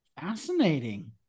Fascinating